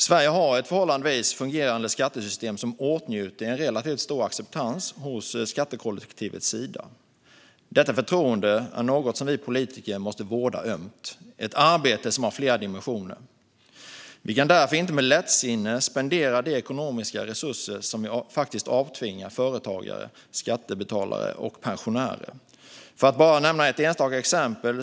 Sverige har ett förhållandevis fungerande skattesystem som åtnjuter en relativt stor acceptans från skattekollektivets sida. Detta förtroende är något som vi politiker måste vårda ömt, ett arbete som har flera dimensioner. Vi kan därför inte med lättsinne spendera de ekonomiska resurser som vi faktiskt avtvingar företagare, löntagare och pensionärer. Jag ska bara nämna ett enstaka exempel.